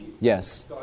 Yes